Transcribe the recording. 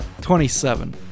27